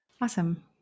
Awesome